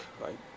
right